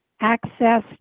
access